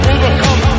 Overcome